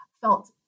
felt